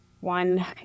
one